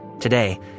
Today